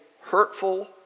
hurtful